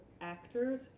actors